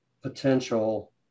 potential